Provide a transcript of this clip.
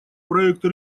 проекта